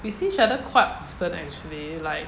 we see each other quite often actually like